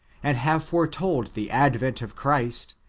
and have foretold the advent of christ,